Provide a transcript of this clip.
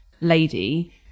lady